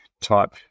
type